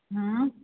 हुँ